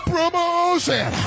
Promotion